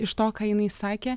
iš to ką jinai sakė